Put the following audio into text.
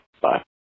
Bye